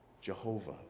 Jehovah